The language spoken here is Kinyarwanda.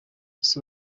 ese